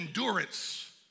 endurance